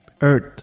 earth